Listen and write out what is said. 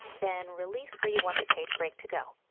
then release where you want the page break to go.